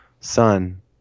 son